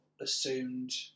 assumed